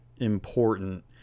important